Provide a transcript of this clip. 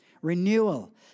Renewal